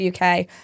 UK